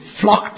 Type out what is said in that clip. flocked